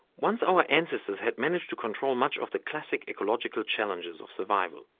once our ancestors had managed to control much of the classic ecological challenges of survival,